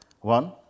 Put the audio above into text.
One